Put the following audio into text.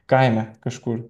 kaime kažkur